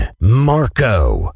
Marco